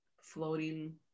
floating